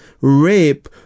rape